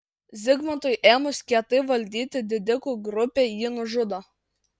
zigmantui ėmus kietai valdyti didikų grupė jį nužudo